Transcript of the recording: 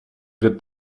wird